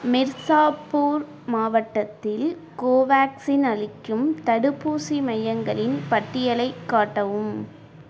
மிர்சாப்பூர் மாவட்டத்தில் கோவேக்சின் அளிக்கும் தடுப்பூசி மையங்களின் பட்டியலைக் காட்டவும்